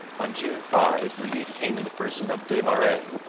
on june five relief came in the person of des marais,